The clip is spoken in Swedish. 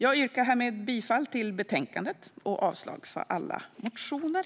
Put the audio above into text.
Jag yrkar härmed bifall till utskottets förslag i betänkandet och avslag på alla motioner.